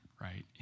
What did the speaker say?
right